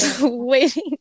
waiting